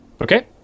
okay